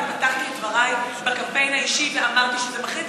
אני פתחתי את דברי בקמפיין האישי ואמרתי שזה מחריד,